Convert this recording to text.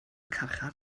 carchar